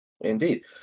Indeed